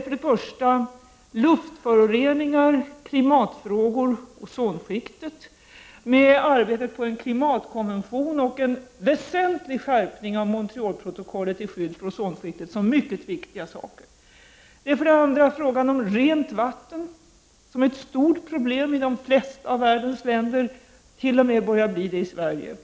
för det första om luftföroreningar, klimatfrågor, ozonskiktet — där arbetet på en klimatkonvention och en väsentlig skärpning av Montrealprotokollet till skydd för ozonskiktet är en mycket viktig sak. Det är för det andra frågan om rent vatten. Vattnet är ett stort problem i de flesta av världens länder, och det börjar på att bli det till och med i Sverige.